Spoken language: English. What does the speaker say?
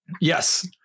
Yes